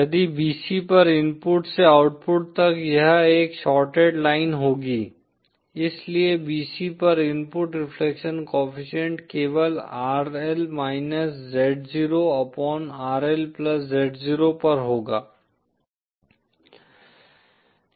यदि bc पर input से आउटपुट तक यह एक शॉर्टेड लाइन होगी इसलिए bc पर इनपुट रिफ्लेक्शन कोएफ़िशिएंट केवल rl z0 upon rl z0 पर होगा